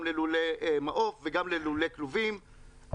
גם ללולי מעוף וגם ללולי כלובים,